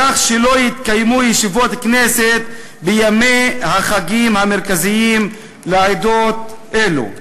כך שלא יתקיימו ישיבות כנסת בימי החגים המרכזיים לעדות אלו.